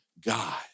God